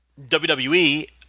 WWE